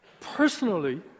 Personally